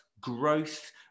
growth